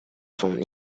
son